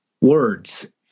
Words